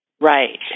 Right